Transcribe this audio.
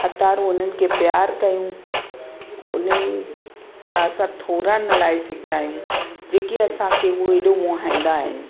हथारु उन्हनि खे प्यार कयूं उन्हनि जा सभु थोरन लाइ सिकदा आहियूं जेकी असांखे उहो एॾो मोहाईंदा आहिनि